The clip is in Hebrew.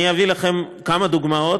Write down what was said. אני אביא לכם כמה דוגמאות.